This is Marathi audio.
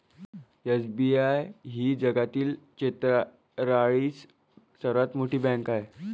एस.बी.आय ही जगातील त्रेचाळीस सर्वात मोठी बँक आहे